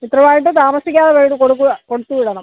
കൃത്യവായിട്ട് താമസിക്കാതെ വേഗം കൊടുക്കുക കൊടുത്ത് വിടണം